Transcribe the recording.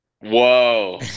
Whoa